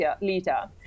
leader